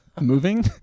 moving